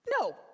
No